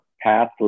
path